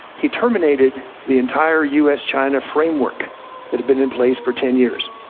he terminated the entire u. s. china framework that had been in place for ten years.